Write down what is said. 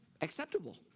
acceptable